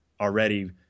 already